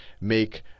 make